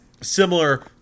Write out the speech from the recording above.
similar